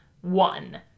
one